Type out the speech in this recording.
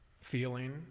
feeling